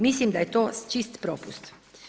Mislim da je to čist propust.